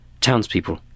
townspeople